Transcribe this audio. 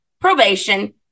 probation